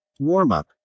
Warm-up